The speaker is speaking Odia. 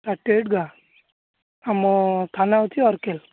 ଥାର୍ଟି ଏଇଟ୍ ଗାଁ ଆମ ଥାନା ହେଉଛି ଅର୍କେଲ୍